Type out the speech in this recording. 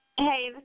Hey